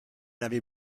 avait